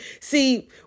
See